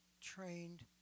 trained